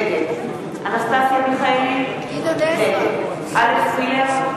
נגד אנסטסיה מיכאלי, נגד אלכס מילר,